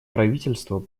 правительства